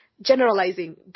Generalizing